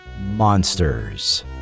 Monsters